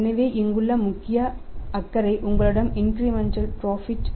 எனவே இங்குள்ள முக்கிய அக்கறை உங்களிடம் இன்கிரிமெண்டல் புரோஃபிட்